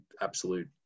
absolute